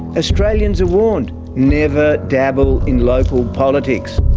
australians are warned never dabble in local politics.